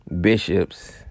bishops